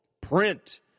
print